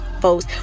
folks